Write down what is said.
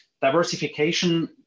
diversification